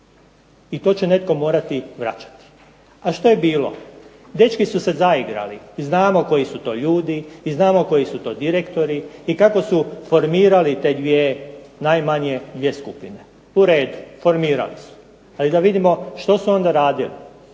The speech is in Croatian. I to će netko morati vraćati. A što je bilo? Dečki su se zaigrali. Znamo koji su to ljudi i znamo koji su to direktori i kako su formirali te 2 najmanje 2 skupine. U redu, formirali su. Ali da vidimo što su onda radili.